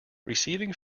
receiving